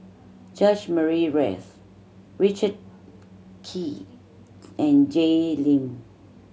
George Murray Reith Richard Kee and Jay Lim